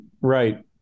right